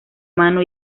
mano